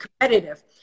competitive